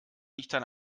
lichtern